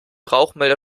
rauchmelder